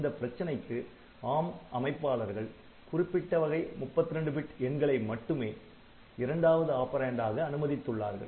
இந்த பிரச்சனைக்கு ARM அமைப்பாளர்கள் குறிப்பிட்ட வகை 32 பிட் எண்களை மட்டுமே இரண்டாவது ஆப்பரேன்ட் ஆக அனுமதித்து உள்ளார்கள்